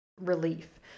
relief